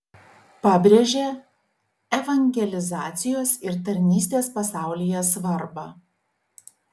pabrėžia evangelizacijos ir tarnystės pasaulyje svarbą